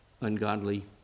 ungodly